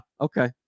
Okay